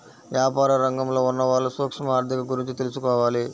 యాపార రంగంలో ఉన్నవాళ్ళు సూక్ష్మ ఆర్ధిక గురించి తెలుసుకోవాలి